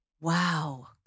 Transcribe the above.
Wow